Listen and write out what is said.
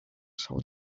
saw